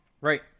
right